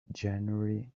january